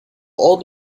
old